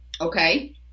okay